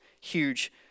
huge